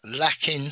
lacking